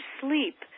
sleep